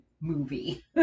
movie